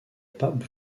pape